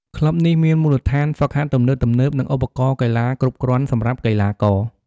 ក្លឹបនេះមានមូលដ្ឋានហ្វឹកហាត់ទំនើបៗ និងឧបករណ៍កីឡាគ្រប់គ្រាន់សម្រាប់កីឡាករ។